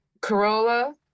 Corolla